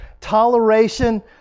toleration